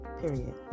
Period